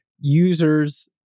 users